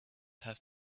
have